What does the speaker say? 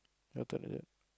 your turn it